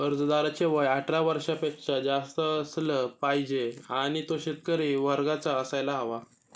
अर्जदाराचे वय अठरा वर्षापेक्षा जास्त असलं पाहिजे आणि तो शेतकरी वर्गाचा असायला हवा